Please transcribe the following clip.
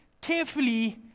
carefully